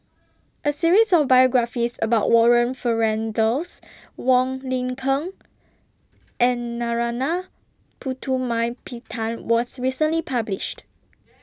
A series of biographies about Warren Fernandez Wong Lin Ken and Narana Putumaippittan was recently published